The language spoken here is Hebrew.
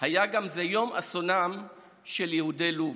היה גם יום אסונם של יהודי לוב.